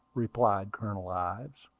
replied colonel ives.